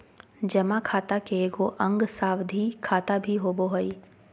जमा खाता के एगो अंग सावधि खाता भी होबो हइ